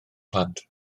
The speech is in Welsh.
plant